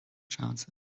chances